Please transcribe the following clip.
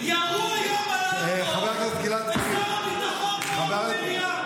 ירו היום על הר דב ושר הביטחון פה במליאה.